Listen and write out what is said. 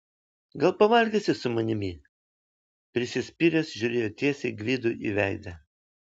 gal pavalgysi su manimi prisispyręs žiūrėjo tiesiai gvidui į veidą